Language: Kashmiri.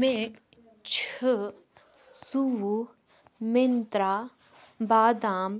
مےٚ چھِ ژۄوُہ منٛترٛا بادام